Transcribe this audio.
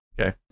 Okay